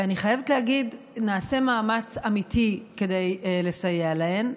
ואני חייבת להגיד שנעשה מאמץ אמיתי כדי לסייע להן.